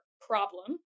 problem